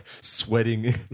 sweating